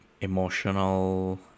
emotional